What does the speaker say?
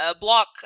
block